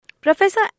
Professor